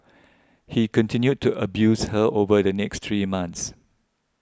he continued to abuse her over the next three months